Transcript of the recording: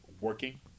working